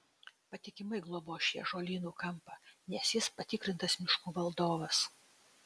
patikimai globos šį ąžuolynų kampą nes jis patikrintas miškų valdovas